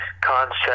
concept